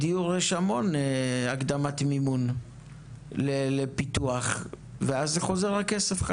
בדיור יש הרבה הקדמת מימון לפיתוח והכסף חוזר